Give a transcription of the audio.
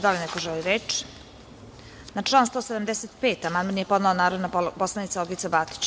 Da li neko želi reč? (Ne.) Na član 175. amandman je podnela narodna poslanica Olgica Batić.